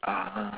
ah